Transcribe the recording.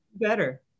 Better